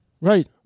Right